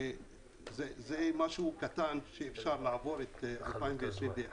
זה משהו קטן שאפשר לעבור את 2021,